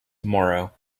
tomorrow